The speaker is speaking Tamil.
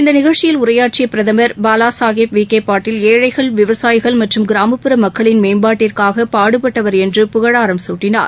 இந்த நிகழ்ச்சியில் உரையாற்றிய பிரதமர் பாலா சாஹேப் விக்கே பாட்டீல் ஏழைகள் விவசாயிகள் மற்றும் கிராமப்புற மக்களின் மேம்பாட்டிற்காக பாடுபட்டவர் என்று புகழாரம் சூட்டினார்